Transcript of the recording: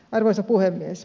arvoisa puhemies